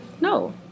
No